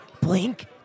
Blink